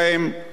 הוא לא מברר,